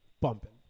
bumping